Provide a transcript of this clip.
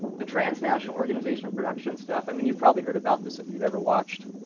the transnational organization of production stuff i mean you've probably heard about this if you've ever watched